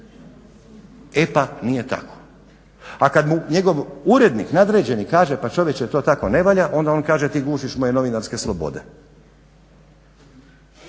E pa nije tako, a kad mu njegov urednik nadređeni kaže pa čovječe to tako ne valja onda on kaže ti gušiš moje novinarske slobode.